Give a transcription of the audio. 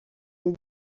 les